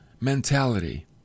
mentality